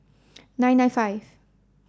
nine nine five